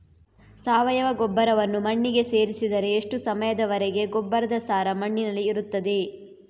ಸಾವಯವ ಗೊಬ್ಬರವನ್ನು ಮಣ್ಣಿಗೆ ಸೇರಿಸಿದರೆ ಎಷ್ಟು ಸಮಯದ ವರೆಗೆ ಗೊಬ್ಬರದ ಸಾರ ಮಣ್ಣಿನಲ್ಲಿ ಇರುತ್ತದೆ?